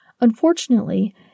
Unfortunately